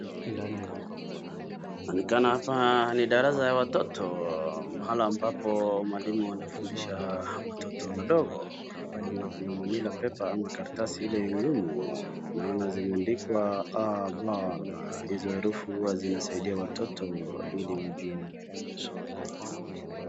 Inaonekana hapa ni darasa la watoto mahali ambapo mwalimu anafundisha matoto mdogo Kwa manilla paper ama karatasi zile ngumu naona zimeandikwa a, ba na hizo herufi huwa zinasaidia watoto ili wajue kusoma.